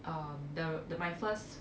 um the my first